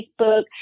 Facebook